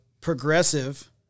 progressive